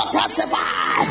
testify